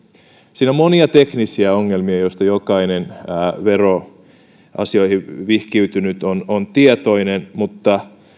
siinä on monia teknisiä ongelmia joista jokainen veroasioihin vihkiytynyt on on tietoinen mutta